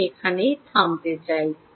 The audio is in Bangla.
আমি এখানে থামতে চাই